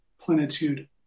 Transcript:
plenitude